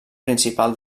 principal